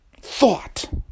thought